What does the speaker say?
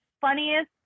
funniest